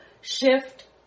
shift